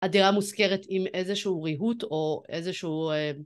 הדירה מושכרת עם איזשהו ריהוט או איזשהו